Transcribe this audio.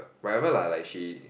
whatever lah like she